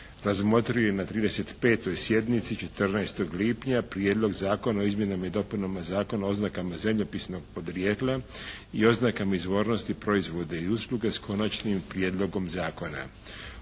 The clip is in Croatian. razmotrio je na 35. sjednici 14. lipnja Prijedlog Zakona o izmjenama i dopunama Zakona o oznakama zemljopisnog podrijetla i oznakama izvornosti proizvoda i usluga s Konačnim prijedlogom Zakona.